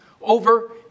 over